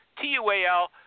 T-U-A-L